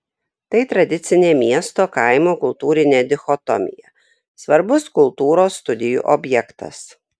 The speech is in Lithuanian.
tai tradicinė miesto kaimo kultūrinė dichotomija svarbus kultūros studijų objektas